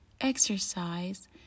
exercise